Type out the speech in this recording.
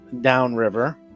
downriver